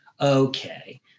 okay